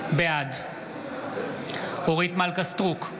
בעד אורית מלכה סטרוק,